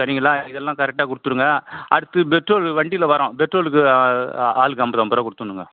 சரிங்களா இதல்லாம் கரெக்டாக கொடுத்துருங்க அடுத்து பெட்ரோல் வண்டியில் வர்றோம் பெட்ரோலுக்கு ஆளுக்கு ஐம்பது ஐம்பது ரூபா கொடுத்துட்ணுங்க